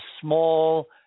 small